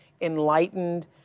enlightened